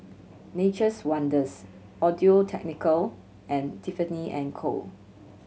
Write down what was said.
Nature's Wonders Audio Technica and Tiffany and Co